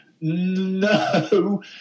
No